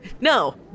No